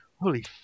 holy